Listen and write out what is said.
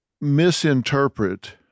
misinterpret